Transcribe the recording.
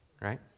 right